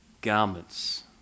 garments